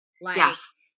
Yes